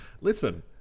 listen